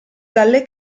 dalle